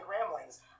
ramblings